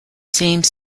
same